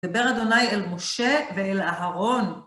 דבר אדוניי אל משה ואל אהרון.